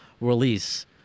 release